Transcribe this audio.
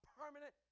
permanent